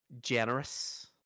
generous